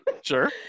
Sure